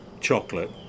chocolate